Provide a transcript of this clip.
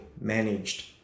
managed